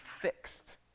fixed